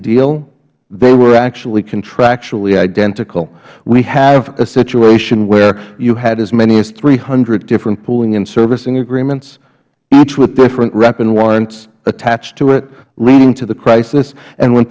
deal they were actually contractually identical we have a situation where you had as many as three hundred different pooling and servicing agreements each with different rep and warrants attached to it leading to the crisis and when